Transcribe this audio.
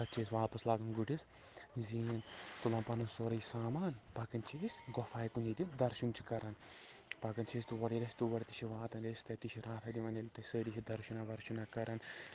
پتہٕ چھِ أسۍ واپس لاگان گُرس زیٖن تُلان پنُن سورُے سامان پکان چھِ أسۍ گۄپھایہِ کُن ییٚتہِ درشن چھِ کران پکان چھِ أسۍ تور ییٚلہِ أسۍ تور تہِ چھِ واتان ییٚلہِ أسۍ تتہِ چھِ راتھا دِوان ییٚلہِ أسۍ تتہِ سٲری چھِ درشنہ ورشنہ کران